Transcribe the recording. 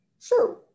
sure